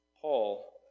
Paul